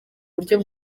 buryo